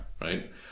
Right